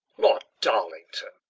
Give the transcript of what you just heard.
lord darlington!